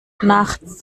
nachts